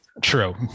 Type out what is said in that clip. true